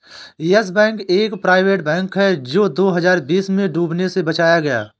yes bank एक private bank है जो दो हज़ार बीस में डूबने से बचाया गया